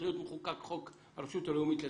להיות מחוקק חוק הרשות הלאומית לספורט,